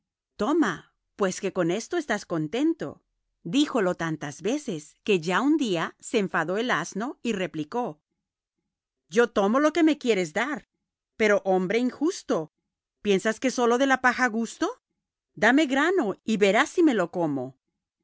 toma pues que con eso estás contento díjolo tantas veces que ya un día se enfadó el asno y replicó yo tomo lo que me quieres dar pero hombre injusto piensas que sólo de la paja gusto dame grano y verás si me lo como